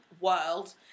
world